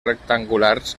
rectangulars